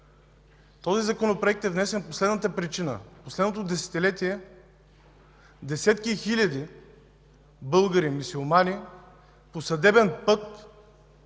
Този Законопроект е внесен по следната причина. През последното десетилетие десетки хиляди българи мюсюлмани по съдебен път